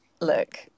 look